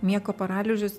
miego paralyžius